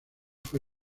fue